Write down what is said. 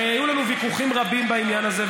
הרי היו לנו ויכוחים רבים בעניין הזה,